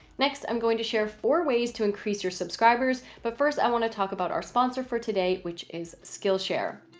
next, i'm going to share four ways to increase your subscribers, but first i want to talk about our sponsor for today, which is skillshare.